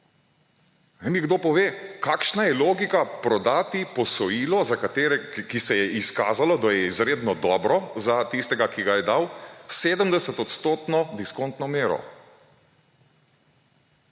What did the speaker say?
kdo pove, kakšna je logika prodati posojilo, ki se je izkazalo, da je izredno dobro za tistega, ki ga je dal, s 70 %-odstotono diskontno mero.